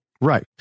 Right